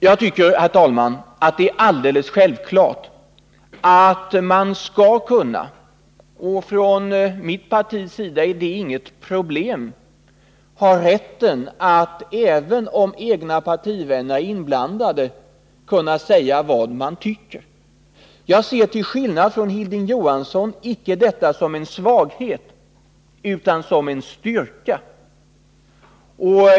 Jag anser, herr talman, att det är självklart att man skall ha rätt — från mitt partis sida är det inget problem — även om egna partivänner är inblandade, att kunna säga vad man tycker. Jag ser till skillnad från Hilding Johansson icke detta som en svaghet, utan som en styrka.